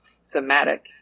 somatic